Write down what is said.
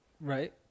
Right